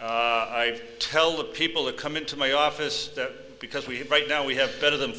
i tell the people that come into my office that because we have right now we have better than